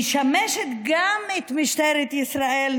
הם הכחישו.